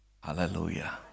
Hallelujah